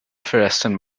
förresten